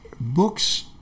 books